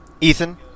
Ethan